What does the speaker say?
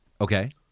Okay